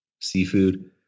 seafood